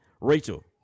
Rachel